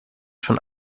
schon